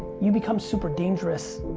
you become super dangerous,